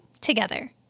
together